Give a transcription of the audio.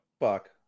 fuck